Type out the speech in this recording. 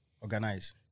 Organize